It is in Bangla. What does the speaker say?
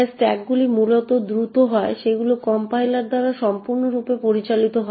তাই স্ট্যাকগুলি মূলত দ্রুত হয় সেগুলি কম্পাইলার দ্বারা সম্পূর্ণরূপে পরিচালিত হয়